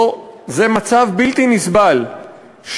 זה מצב בלתי נסבל,